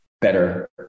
better